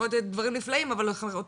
יכול להיות שעשית דברים נפלאים אבל עוברים